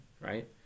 right